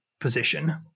position